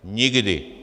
Nikdy!